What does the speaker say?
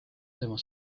tema